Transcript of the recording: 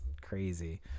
crazy